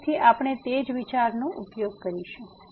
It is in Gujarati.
તેથી ફરીથી આપણે તે જ વિચારનો ઉપયોગ કરીશું